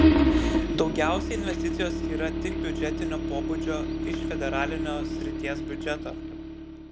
daugiausiai investicijos yra tik biudžetinio pobūdžio iš federalinio srities biudžeto